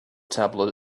tablet